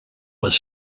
was